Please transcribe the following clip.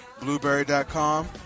Blueberry.com